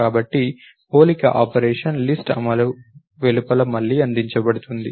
కాబట్టి పోలిక operation list అమలు వెలుపల మళ్లీ అందించబడుతుంది